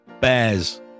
bears